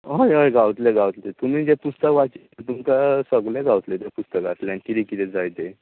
हय हय गांवतले गांवतले तुमी जें पुस्तक वाचिल्लें तें सगळें गावतलें पुस्तकांतलें कितें कितें जाय तें